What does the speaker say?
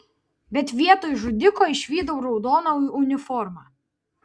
bet vietoj žudiko išvydau raudoną uniformą